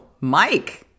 Mike